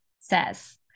says